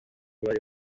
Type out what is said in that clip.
bari